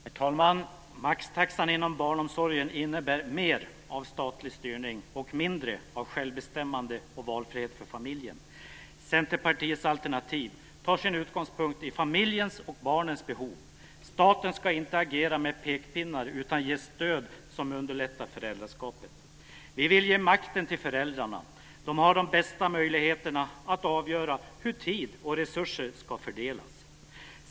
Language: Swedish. Herr talman! Maxtaxan inom barnomsorgen innebär mer av statlig styrning och mindre av självbestämmande och valfrihet för familjen. Centerpartiets alternativ tar sin utgångspunkt i familjens och barnens behov. Staten ska inte agera med pekpinnar utan ge stöd som underlättar föräldraskapet. Vi vill ge makten till föräldrarna. De har de bästa möjligheterna att avgöra hur tid och resurser ska fördelas.